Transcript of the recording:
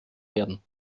werden